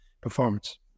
performance